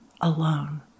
alone